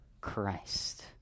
Christ